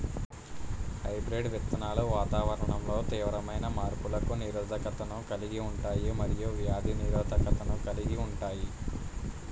hybrid విత్తనాలు వాతావరణంలో తీవ్రమైన మార్పులకు నిరోధకతను కలిగి ఉంటాయి మరియు వ్యాధి నిరోధకతను కలిగి ఉంటాయి